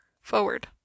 forward